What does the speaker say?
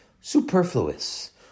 Superfluous